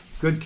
Good